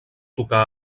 tocar